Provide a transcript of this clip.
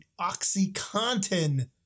OxyContin